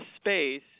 space